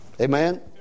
Amen